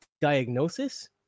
diagnosis